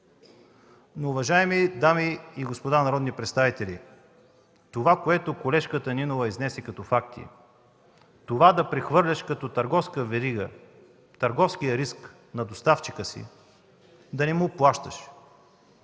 Уважаеми дами и господа народни представители, това, което колежката Нинова изнесе като факти – да прехвърляш като търговска верига търговския риск върху доставчика си, да не му плащаш,